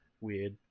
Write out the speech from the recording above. weird